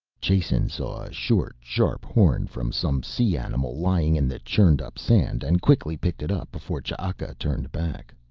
jason saw a short, sharp horn from some sea animal lying in the churned up sand and quickly picked it up before ch'aka turned back.